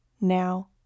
now